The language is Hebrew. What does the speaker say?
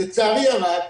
לצערי הרב,